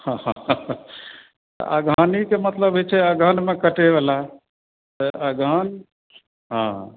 अगहनीके मतलब होइ छै अगहनमे कटयवला तऽ अगहन हँ